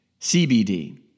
CBD